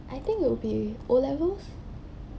I think it'll be O levels